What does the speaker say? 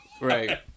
Right